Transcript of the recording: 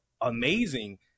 amazing